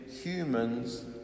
humans